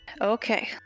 Okay